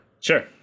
Sure